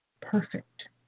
perfect